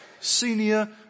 Senior